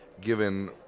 given